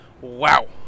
Wow